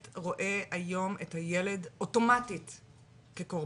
השאלה אם החוק באמת רואה היום את הילד אוטומטית כקורבן.